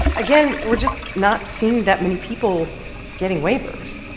again, we're just not seeing that many people getting waivers.